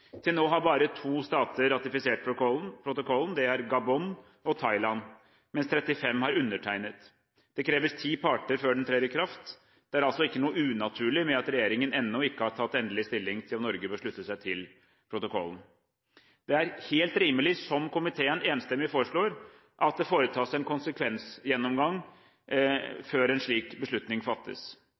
Til nå har bare to stater ratifisert protokollen. Det er Gabon og Thailand, mens 35 stater har undertegnet. Det kreves ti parter før den trer i kraft. Det er altså ikke noe unaturlig med at regjeringen ennå ikke har tatt endelig stilling til om Norge bør slutte seg til protokollen. Det er helt rimelig, som komiteen enstemmig foreslår, at det foretas en konsekvensgjennomgang før en slik beslutning fattes.